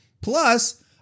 Plus